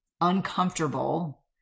uncomfortable